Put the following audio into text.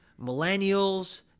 millennials